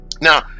Now